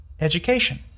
Education